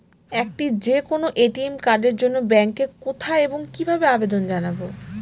একটি যে কোনো এ.টি.এম কার্ডের জন্য ব্যাংকে কোথায় এবং কিভাবে আবেদন জানাব?